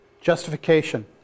Justification